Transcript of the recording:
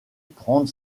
prendre